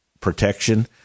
protection